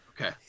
Okay